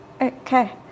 Okay